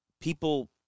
people